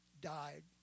died